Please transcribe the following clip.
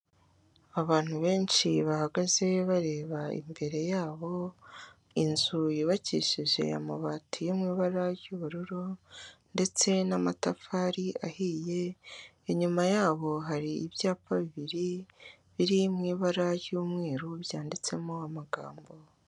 Abantu benshi bahagaze bareba imbere yabo, inzu yubakishije amabati y'amabara y'ubururu ndetse n'amatafari ahiye, inyuma yabo hari ibyapa bibiri biri mu ibara ry'umweru byanditsemo amagambo.